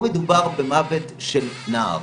פה מדובר במוות של נער.